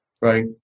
Right